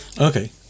Okay